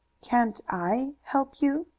can't i help you?